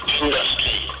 industry